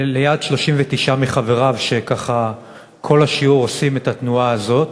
ליד 39 מחבריו, שכל השיעור עושים את התנועה הזאת,